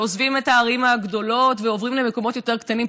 שעוזבים את הערים הגדולות ועוברים למקומות יותר קטנים.